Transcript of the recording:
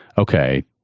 ok,